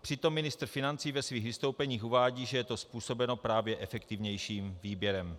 Přitom ministr financí ve svých vystoupeních uvádí, že je to způsobeno právě efektivnějším výběrem.